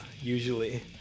usually